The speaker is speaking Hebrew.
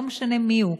לא משנה מי הוא,